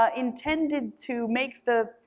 ah intended to make the,